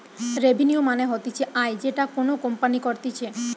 revenue মানে হতিছে আয় যেটা কোনো কোম্পানি করতিছে